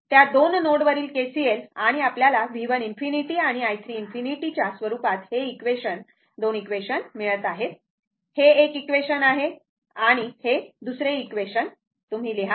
त्या 2 नोडवरील KCL आणि आपल्याला V 1 ∞ आणि i 3 ∞ च्या स्वरूपात हे 2 इक्वेशन मिळत आहे हे एक इक्वेशन आहे आणि हे दुसरे इक्वेशन तुम्ही लिहा